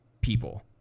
people